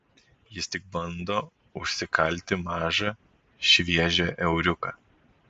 jis tik bando užsikalti mažą šviežią euriuką